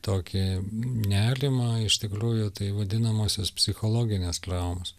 tokį nerimą iš tikrųjų tai vadinamosios psichologinės traumos